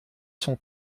sont